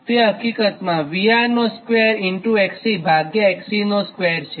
તે હકીકતમાં │ VR │2 Xc Xc 2 છે